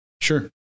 Sure